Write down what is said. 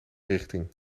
richting